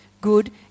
good